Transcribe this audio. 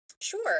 Sure